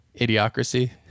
Idiocracy